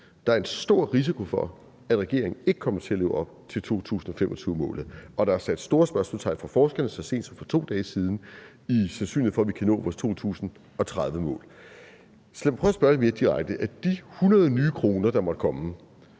Der er en stor risiko for, at regeringen ikke kommer til at leve op til 2025-målet. Og der er fra forskernes side sat store spørgsmålstegn, så sent som for 2 dage siden, ved sandsynligheden for, at vi kan nå vores 2030-mål. Så lad mig prøve at spørge lidt mere direkte: Hvor mange af de 100 nye kroner, der måtte komme,